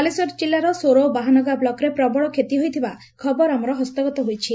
ବାଲେଶ୍ୱରରେ ଜିଲ୍ଲାର ସୋର ଓ ବାହାନଗା ବ୍ଲକ୍ରେ ପ୍ରବଳ କ୍ଷତି ହୋଇଥିବା ଖବର ଆମର ହସ୍ତଗତ ହୋଇଛି